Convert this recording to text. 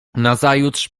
nazajutrz